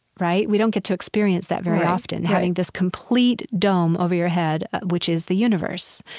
right? we don't get to experience that very often, having this complete dome over your head, which is the universe.